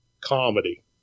comedy